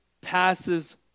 passes